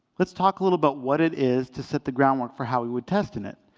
let's talk a little about what it is to set the groundwork for how we would test in it.